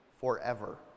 forever